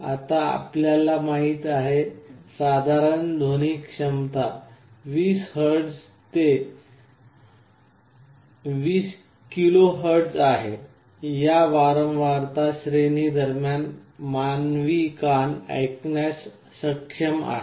आता आपल्याला माहिती आहे साधारण ध्वनी क्षमता 20Hz ते 20 KHz आहे या वारंवारता श्रेणी दरम्यान मानवी कान ऐकण्यास सक्षम आहे